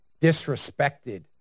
disrespected